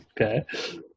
Okay